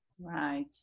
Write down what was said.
Right